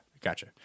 gotcha